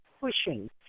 pushing